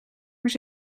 maar